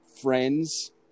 Friends